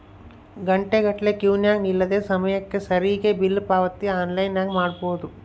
ಘಂಟೆಗಟ್ಟಲೆ ಕ್ಯೂನಗ ನಿಲ್ಲದೆ ಸಮಯಕ್ಕೆ ಸರಿಗಿ ಬಿಲ್ ಪಾವತಿ ಆನ್ಲೈನ್ನಾಗ ಮಾಡಬೊದು